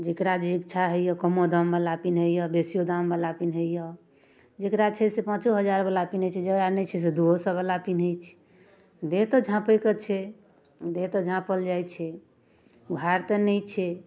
जकरा जे इच्छा होइए कमो दामवला पिन्हैए बेसिओ दामवला पिन्हैए जकरा छै से पाँचो हजारचला पिन्है छै जकरा नहि छै दुइओ सओवला पिन्है छै देह तऽ झाँपैके छै देह तऽ झाँपल जाइ छै उघार तऽ नहि छै